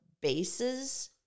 bases